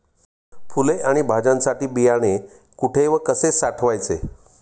फुले आणि भाज्यांसाठी बियाणे कुठे व कसे साठवायचे?